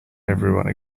everyone